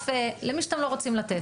למי שאתם לא רוצים לתת.